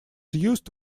used